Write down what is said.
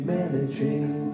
Managing